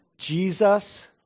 jesus